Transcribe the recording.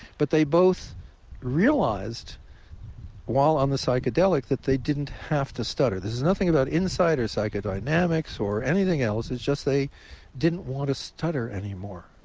but they both realized while on the psychedelic that they didn't have to stutter. this is nothing about insight or psychodynamics or anything else. it's just they didn't want to stutter anymore.